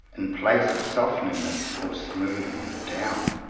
in place of softening them or smoothing them down.